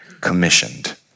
commissioned